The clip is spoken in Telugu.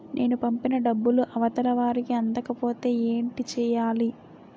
నేను పంపిన డబ్బులు అవతల వారికి అందకపోతే ఏంటి చెయ్యాలి?